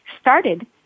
started